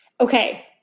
Okay